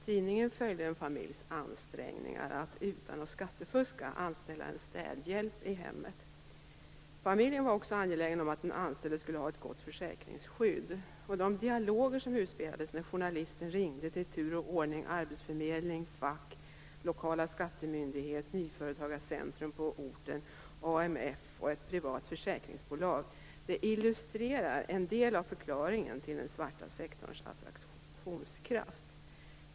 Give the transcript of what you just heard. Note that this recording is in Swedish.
Tidningen följde en familjs ansträngningar att utan att skattefuska anställa en städhjälp i hemmet. Familjen var också angelägen om att den anställde skulle ha ett gott försäkringsskydd. De dialoger som utspelade sig när journalister ringde i tur och ordning arbetsförmedling, fack, lokal skattemyndighet, nyföretagarcentrum på orten, AMF och ett privat försäkringsbolag illustrerar en del av förklaringen till den svarta sektorns attraktionskraft.